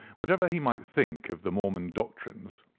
whatever he might think of the mormon doctrines,